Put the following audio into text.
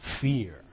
fear